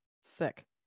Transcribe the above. Sick